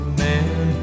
man